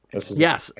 Yes